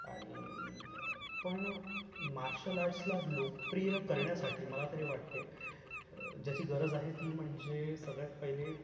आणि पण मार्शल आर्ट्सला लोकप्रिय करण्यासाठी मला तरी वाटते ज्याची गरज आहे ती म्हणजे सगळ्यात पहिले